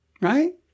Right